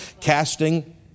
casting